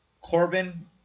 Corbin